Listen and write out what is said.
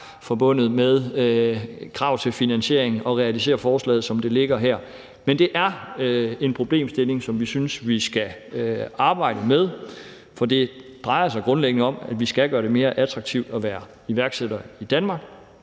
forbundet med et krav til finansiering at realisere forslaget, som det ligger her. Men det er en problemstilling, som vi synes vi skal arbejde med, for det drejer sig grundlæggende om, at vi skal gøre det mere attraktivt at være iværksætter i Danmark,